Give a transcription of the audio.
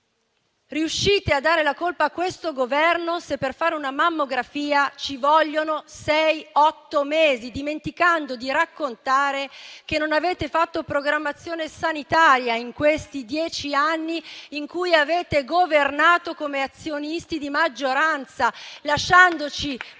Riuscite a dare la colpa a questo Governo se per fare una mammografia ci vogliono sei-otto mesi, dimenticando di raccontare che non avete fatto programmazione sanitaria in questi dieci anni in cui avete governato come azionisti di maggioranza, lasciandoci